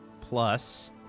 plus